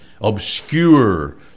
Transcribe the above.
obscure